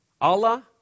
Allah